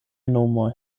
nomoj